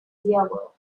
diego